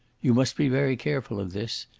you must be very careful of this,